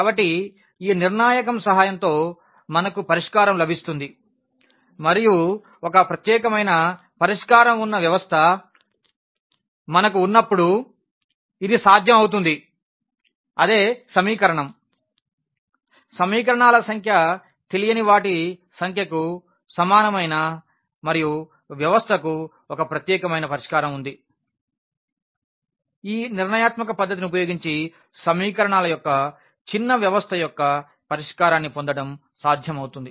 కాబట్టి ఈ నిర్ణాయకం సహాయంతో మనకు పరిష్కారం లభిస్తుంది మరియు ఒక ప్రత్యేకమైన పరిష్కారం ఉన్న వ్యవస్థ మనకు ఉన్నప్పుడు ఇది సాధ్యమవుతుంది అదే సమీకరణాల సంఖ్య తెలియని వాటి సంఖ్యకు సమానమైన మరియు వ్యవస్థకు ఒక ప్రత్యేకమైన పరిష్కారం ఉంది ఈ నిర్ణయాత్మక పద్ధతిని ఉపయోగించి సమీకరణాల యొక్క చిన్న వ్యవస్థ యొక్క పరిష్కారాన్ని పొందడం సాధ్యమవుతుంది